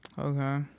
Okay